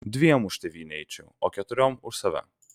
dviem už tėvynę eičiau o keturiom už save